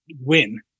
win